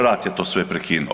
Rat je to sve prekinuo.